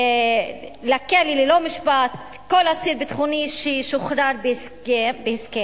לכלא ללא משפט כל אסיר ביטחוני שישוחרר בהסכם,